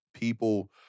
people